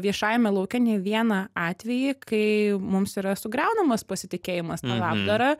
viešajame lauke ne vieną atvejį kai mums yra sugriaunamas pasitikėjimas ta labdara